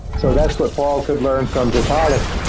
so that's what paul could learn from vitalik.